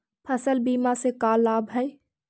फसल बीमा से का लाभ है?